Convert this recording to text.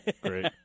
Great